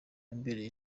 yambereye